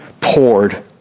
poured